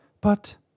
But